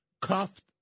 cuffed